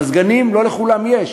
מזגנים לא לכולם יש.